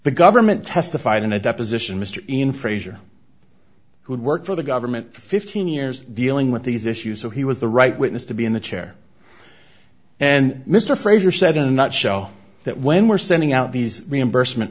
the government testified in a deposition mr ian frazier who had worked for the government for fifteen years dealing with these issues so he was the right witness to be in the chair and mr fraser said i'm not show that when we're sending out these reimbursement